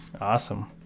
Awesome